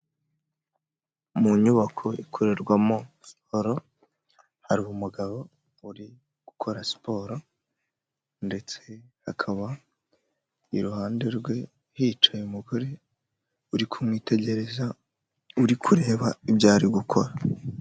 Mu nyubako ikorerwamo siporo hari umugabo uri gukora siporo ndetse hakaba iruhande rwe hicaye umugore uri kumwitegereza uri kureba ibyo ari gukora.